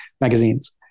magazines